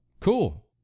Cool